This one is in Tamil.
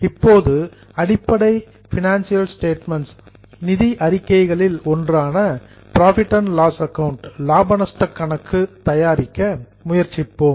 இப்போது அடிப்படை பினான்சியல் ஸ்டேட்மெண்ட்ஸ் நிதி அறிக்கைகளில் ஒன்றான புரோஃபிட் அண்ட் லாஸ் அக்கவுண்ட் லாபம் மற்றும் நஷ்டம் கணக்கு தயாரிக்க முயற்சி செய்வோம்